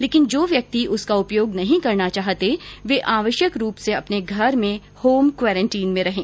लेकिन जो व्यक्ति उसका उपयोग नहीं करना चाहते वे आवश्यक रूप से अपने घर में होम क्वारेंटाइन में रहें